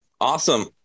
Awesome